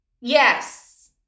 Yes